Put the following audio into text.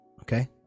Okay